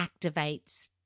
activates